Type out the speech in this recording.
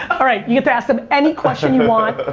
alright, you get to ask them any question you want,